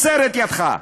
הסר את ידך.